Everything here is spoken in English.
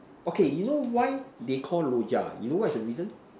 okay you know why they Call Rojak uh you know what is the reason